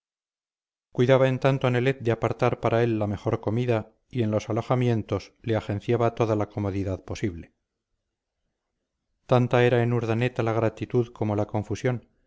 cuidaba en tanto nelet de apartar para él la mejor comida y en los alojamientos le agenciaba toda la comodidad posible tanta era en urdaneta la gratitud como la confusión